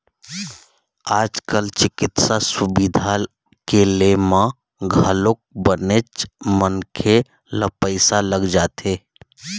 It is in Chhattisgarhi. आज कल चिकित्सा सुबिधा के ले म घलोक बनेच मनखे ल पइसा लग जाथे